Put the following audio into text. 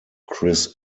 kris